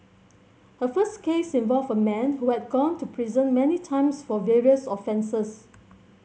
her first case involved a man who had gone to prison many times for various offences